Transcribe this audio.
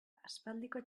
aspaldiko